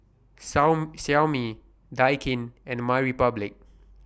Xiaomi Daikin and MyRepublic